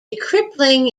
crippling